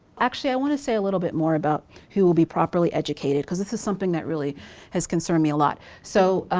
actually i wanna say a little bit more about who will be properly educated, cause this is something that really has concerned me a lot. so